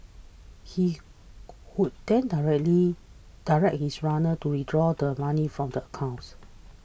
he would then directly direct his runners to withdraw the money from the accounts